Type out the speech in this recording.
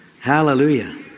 Hallelujah